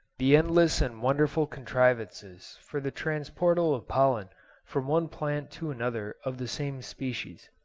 the endless and wonderful contrivances for the transportal of pollen from one plant to another of the same species.